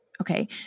okay